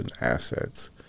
assets